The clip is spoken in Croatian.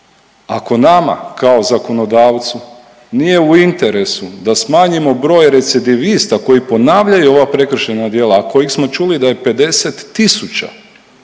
Ako nama kao zakonodavcu nije u interesu da smanjimo broj recidivista koji ponavljaju ova prekršajna djela, a kojih smo čuli da je 50 000,